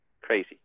crazy